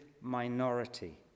minority